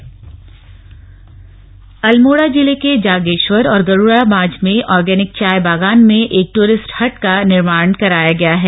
T tourism Almora जिले के जागेश्वर और गरूड़ाबांज में आर्गेनिक चाय बगान में एक टूरिस्ट हट का निर्माण कराया गया है